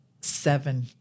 Seven